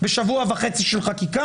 בשבוע וחצי של חקיקה?